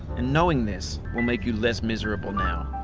and knowing this, will make you less miserable now.